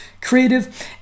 creative